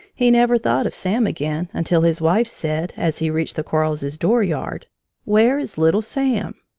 he never thought of sam again until his wife said, as he reached the quarles's dooryard where is little sam?